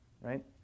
right